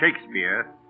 Shakespeare